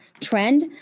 trend